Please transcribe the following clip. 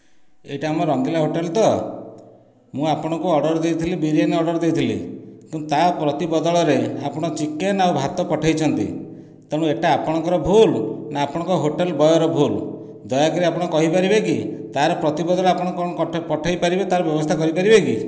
ଏଇଟା ଆମ ରଙ୍ଗିଲା ହୋଟେଲ ତ ମୁଁ ଆପଣଙ୍କୁ ଅର୍ଡର ଦେଇଥିଲି ବିରିୟାନି ଅର୍ଡର ଦେଇଥିଲି କିନ୍ତୁ ତା ପ୍ରତିବଦଳରେ ଆପଣ ଚିକେନ୍ ଆଉ ଭାତ ପଠାଇଛନ୍ତି ତେଣୁ ଏଟା ଆପଣଙ୍କର ଭୁଲ ନା ଆପଣଙ୍କ ହୋଟେଲ ବୟର ଭୁଲ ଦୟାକରି ଆପଣ କହିପାରିବେ କି ତାର ପ୍ରତିବଦଳରେ ଆପଣ କଣ ପଠେଇପାରିବେ ତାର ବ୍ୟବସ୍ଥା କରିପାରିବେ କି